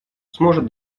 сможет